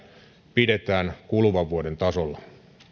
pidetään kuluvan vuoden tasolla